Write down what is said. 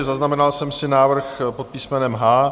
Zaznamenal jsem si návrh pod písmenem H.